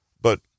but